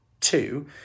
Two